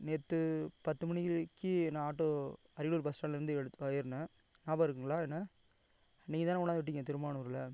நேற்று பத்து மணிக்கு கி நான் ஆட்டோ அரியலூர் பஸ் ஸ்டாண்ட்லருந்து எடுத் ஏறினேன் ஞாபகம் இருக்குங்களா என்ன நீங்க தான கொண்டாந்து விட்டீங்க திருமானூரில்